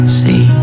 see